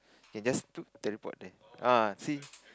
can just do teleport there ah see